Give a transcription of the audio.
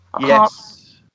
Yes